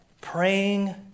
praying